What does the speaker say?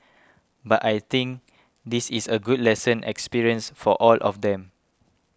but I think this is a good lesson experience for all of them